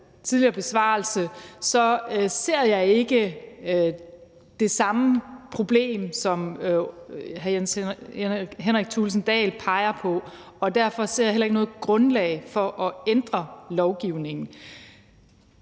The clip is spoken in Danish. tidligere besvarelse, ser jeg ikke det samme problem, som hr. Jens Henrik Thulesen Dahl peger på, og derfor ser jeg heller ikke noget grundlag for at ændre lovgivningen.